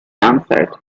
answered